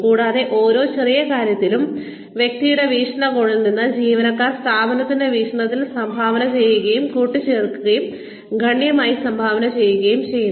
കൂടാതെ ഓരോ ചെറിയ കാര്യത്തിലും വ്യക്തിയുടെ വീക്ഷണകോണിൽ നിന്ന് ജീവനക്കാർ സ്ഥാപനത്തിന്റെ വികസനത്തിന് സംഭാവന ചെയ്യുകയും കൂട്ടിച്ചേർക്കുകയും ഗണ്യമായി സംഭാവന ചെയ്യുകയും ചെയ്യുന്നു